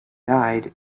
died